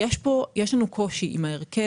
יש לנו קושי עם ההרכב,